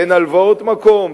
תן הלוואות מקום,